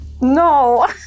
No